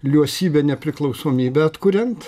liuosybę nepriklausomybę atkuriant